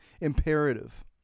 imperative